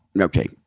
Okay